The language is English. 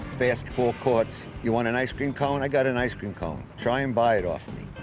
basketball courts. you want an ice cream cone? i got an ice cream cone. try and buy it off me.